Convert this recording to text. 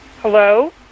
Hello